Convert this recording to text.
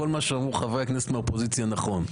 כל מה שאמרו חברי הכנסת מהאופוזיציה נכון.